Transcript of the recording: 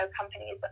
companies